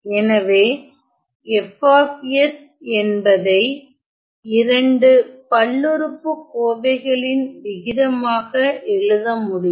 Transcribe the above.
எனவே F என்பதை இரண்டு பல்லுறுப்புக் கோவைகளின் விகிதமாக எழுத முடியும்